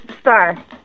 Star